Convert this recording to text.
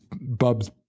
Bub's